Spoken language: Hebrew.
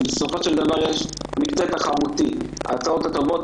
בסופו של דבר יש מקצה תחרותי ההצעות הטובות